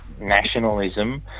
nationalism